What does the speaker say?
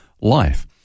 life